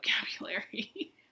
vocabulary